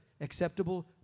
acceptable